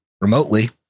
remotely